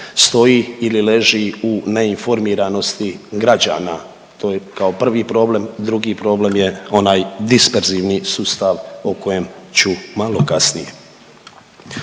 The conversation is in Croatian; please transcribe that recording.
stoji ili leži u neinformiranosti građana. To je kao prvi problem, drugi problem je onaj disperzivni sustav o kojem ću malo kasnije.